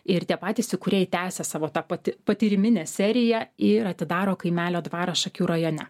ir tie patys įkūrėjai tęsia savo tą pati patyriminę seriją ir atidaro kaimelio dvarą šakių rajone